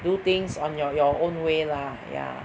do things on your your own way lah ya